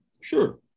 Sure